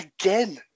again